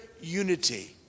unity